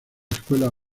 escuela